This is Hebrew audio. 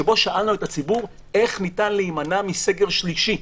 שבו שאלנו את הציבור איך ניתן להימנע מסגר שלישי.